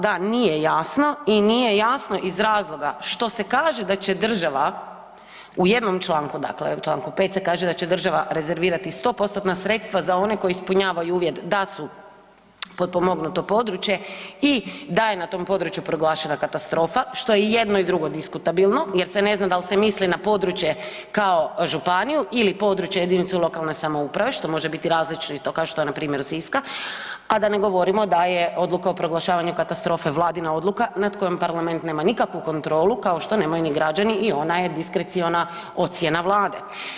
Da, nije jasno i nije jasno iz razloga što se kaže da će država u jednom članku, dakle članku 5. se kaže da će država rezervirati sto postotna sredstva za one koji ispunjavaju uvjet da su potpomognuto područje i da je na tom području proglašena katastrofa što je i jedno i drugo diskutabilno jer se ne zna jel' se misli na područje kao županiju ili područje jedinicu lokalne samouprave što može biti različito kao što je na primjer od Siska a da ne govorimo da je Odluka o proglašavanju katastrofe vladina odluka nad kojom Parlament nema nikakvu kontrolu kao što nemaju ni građani i ona je diskreciona ocjena Vlade.